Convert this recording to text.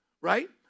right